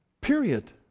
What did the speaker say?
period